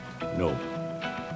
No